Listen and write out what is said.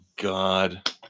God